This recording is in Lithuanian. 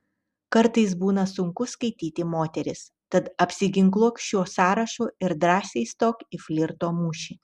kartais būna sunku skaityti moteris tad apsiginkluok šiuo sąrašu ir drąsiai stok į flirto mūšį